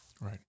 Right